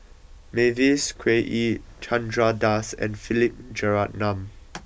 Mavis Khoo Oei Chandra Das and Philip Jeyaretnam